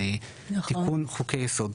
תיקון חוקי יסוד.